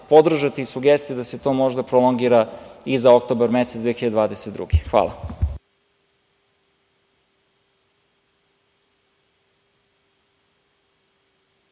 podržati sugestiju da se to možda prolongira i za oktobar mesec 2022. godine.